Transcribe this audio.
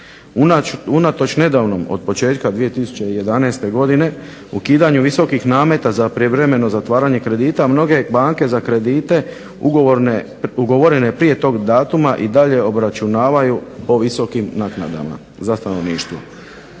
Unatoč nedavnom od početka 2011. godine ukidanjem visokih nameta za prijevremeno zatvaranje kredita, mnoge banke za kredite, ugovorene prije tog datuma i dalje obračunavaju po visokim naknadama za stanovništva.